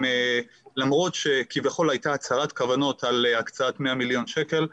למרות שכביכול הייתה הצהרת כוונות על הקצאת 100 מיליון שקל,